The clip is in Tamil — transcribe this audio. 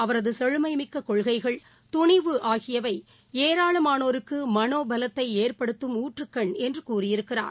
அவரது செமுமைமிக்க கொள்கைகள் துணிவு ஆகியவை ஏராளமானோருக்கு மனோபலத்தை ஏற்படுத்தும் ஊற்றுக்கண் என்று கூறியிருக்கிறார்